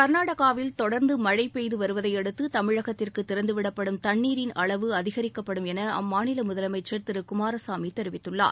கர்நாடகாவில் தொடர்ந்து மழை பெய்து வருவதையடுத்து தமிழகத்திற்கு திறந்துவிடப்படும் தண்ணீரின் அளவு அதிகரிக்கப்படும் என அம்மாநில முதலமைச்சர் திரு குமாரசாமி தெரிவித்துள்ளார்